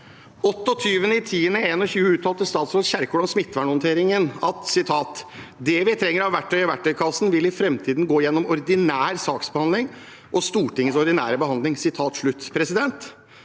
28. oktober 2021 uttalte statsråd Kjerkol om smittevernhåndteringen: «Det vi trenger av verktøy i verktøykassen, vil i fremtiden gå gjennom ordinær saksbehandling og Stortingets ordinære behandling.»